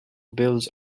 bills